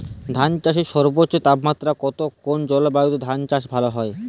ধান চাষে সর্বোচ্চ তাপমাত্রা কত কোন জলবায়ুতে ধান চাষ ভালো হয়?